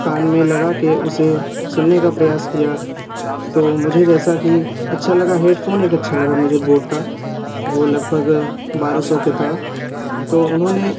कान में लगा के उसे सुनने का प्रयास किया तो मुझे जैसा कि अच्छा लगा हेडफोन एक अच्छा लगा मुझे बोट का वो लगभग बारह सौ के था तो उन्होंने